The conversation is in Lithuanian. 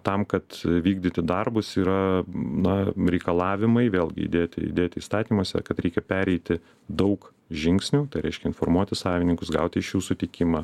tam kad vykdyti darbus yra na reikalavimai vėlgi įdėti įdėti įstatymuose kad reikia pereiti daug žingsnių tai reiškia informuoti savininkus gauti iš jų sutikimą